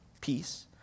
peace